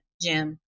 Jim